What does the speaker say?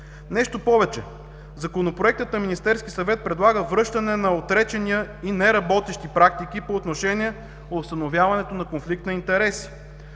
Нещо повече – Законопроектът на Министерския съвет предлага връщане на отречени и неработещи практики по отношение на установяването на конфликт на интереси.